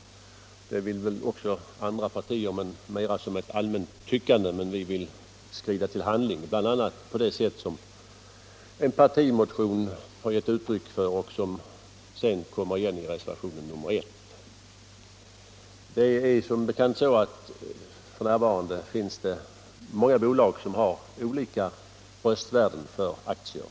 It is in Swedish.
Det vill väl också andra partier göra, men de framför detta mera som ett allmänt tyckande. Vi vill skrida till handling, bl.a. på det sätt som vi givit uttryck för i en partimotion och som nu kommer igen i reservationen 1. F.n. finns det många bolag som har olika röstvärden för aktier.